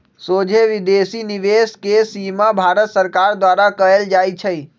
सोझे विदेशी निवेश के सीमा भारत सरकार द्वारा कएल जाइ छइ